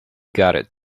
gutted